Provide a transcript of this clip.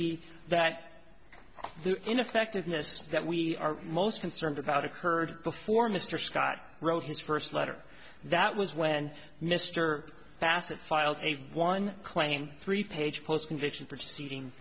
be that the ineffectiveness that we are most concerned about occurred before mr scott wrote his first letter that was when mr bassett filed a one claim three page post conviction proceeding